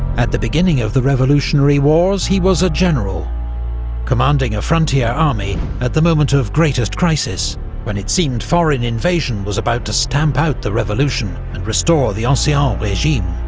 at the beginning of the revolutionary wars, he was a general commanding a frontier army at the moment ah of greatest crisis when it seemed foreign invasion was about to stamp out the revolution, and restore the ah ancien ah regime.